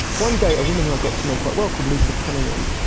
one day, a woman who i got to know quite well, called lisa cunningham,